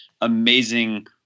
amazing